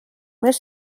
més